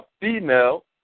female